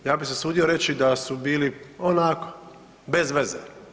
Ja bi se usudio reći da su bili onako bez veze.